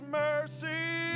mercy